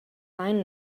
line